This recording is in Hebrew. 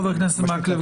חבר הכנסת מקלב,